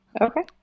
Okay